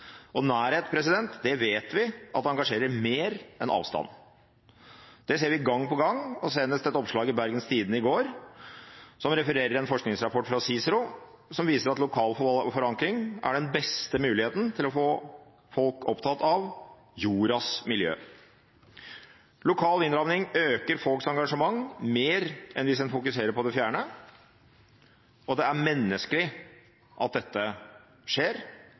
Nærhet vet vi engasjerer mer enn avstand. Det ser vi gang på gang og senest i et oppslag i Bergens Tidende i går, som refererer en forskningsrapport fra CICERO som viser at lokal forankring er den beste muligheten til å få folk opptatt av jordens miljø. Lokal innramming øker folks engasjement mer enn hvis en fokuserer på det fjerne. Det er menneskelig at dette skjer.